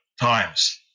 times